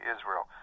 Israel